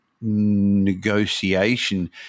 negotiation